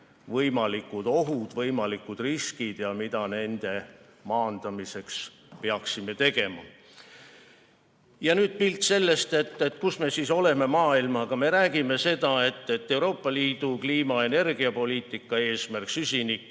võimalikud ohud, võimalikud riskid ja mida me nende maandamiseks peaksime tegema. Ja nüüd pilt sellest, kus me kogu maailmas oleme. Me räägime seda, et Euroopa Liidu kliima- ja energiapoliitika eesmärk –